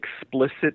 explicit